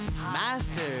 Master